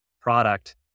product